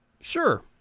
Sure